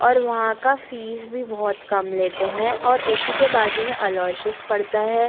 और वहाँ का फ़ीस भी बहुत कम लेते हैं और उसी के बाजू में अलाेयशेस पड़ता है